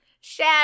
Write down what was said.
Share